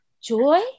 Joy